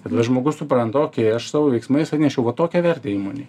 tada žmogus supranta okei aš savo veiksmais atnešiau va tokią vertę įmonei